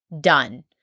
Done